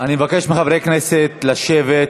אני מבקש מחברי הכנסת לשבת.